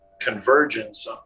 convergence